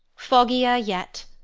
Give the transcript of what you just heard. foggier yet,